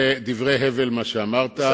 דברי הבל, מה שאמרת.